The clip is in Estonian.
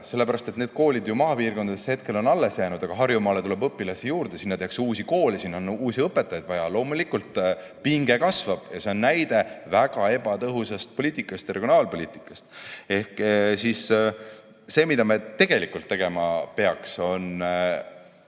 sellepärast et need koolid on ju maapiirkondades hetkel alles jäänud, aga Harjumaale tuleb õpilasi juurde. Sinna tehakse uusi koole, sinna on uusi õpetajaid vaja. Loomulikult pinge kasvab. See on näide väga ebatõhusast poliitikast, sealhulgas regionaalpoliitikast. See, mida me tegelikult tegema peaks, on